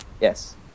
Yes